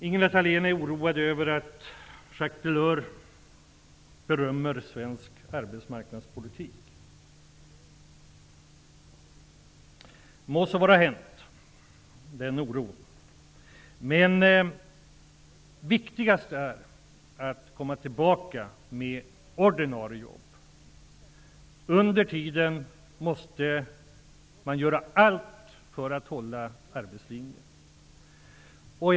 Ingela Thalén är oroad över att Jacques Delors berömmer svensk arbetsmarknadspolitik. Den oron må vara hänt. Men viktigast är att återgå till ett läge där det finns ordinarie jobb. Under tiden måste man göra allt för att hålla arbetslinjen.